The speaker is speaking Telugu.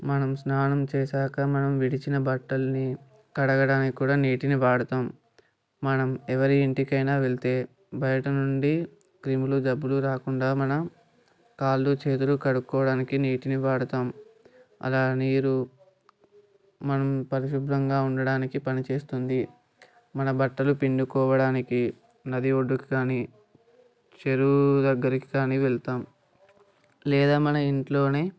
మనం స్నానం చేసాక మనం విడిచిన బట్టలని కడగడానికి కూడా నీటిని వాడతాము మనం ఎవరి ఇంటికైనా వెళితే బయట నుండి క్రిములు జబ్బులు రాకుండా మన కాళ్ళు చేతులు కడుక్కోవడానికి నీటిని వాడతాము అలా నీరు మనం పరిశుభ్రంగా ఉండడానికి పనిచేస్తుంది మన బట్టలు పిండుకోవడానికి నది ఒడ్డుకు కానీ చెరువు దగ్గరికి కానీ వెళతాము లేదా మన ఇంట్లోనే